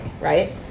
right